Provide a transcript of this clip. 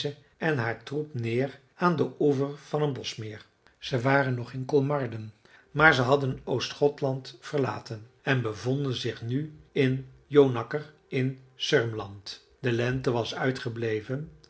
en haar troep neer aan den oever van een boschmeer ze waren nog in kolmarden maar ze hadden oost göthland verlaten en bevonden zich nu in jonakker in sörmland de lente was uitgebleven